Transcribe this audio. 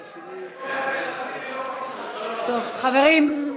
טוב, חברים.